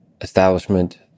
establishment